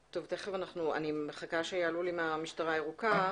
אני מחכה שיעלו לי את המשטרה הירוקה.